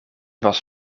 was